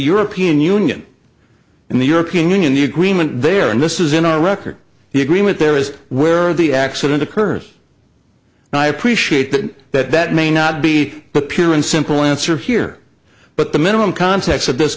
european union and the european union the agreement there and this is in our record the agreement there is where the accident occurs and i appreciate that that that may not be the pure and simple answer here but the minimum context of this